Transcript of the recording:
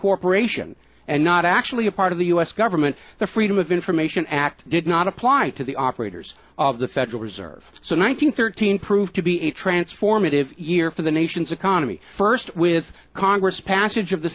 corporation and not actually a part of the u s government the freedom of information act did not apply to the operators of the federal reserve so nine hundred thirteen proved to be a transformative year for the nation's economy first with congress passage of the